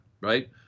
right